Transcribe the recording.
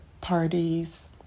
parties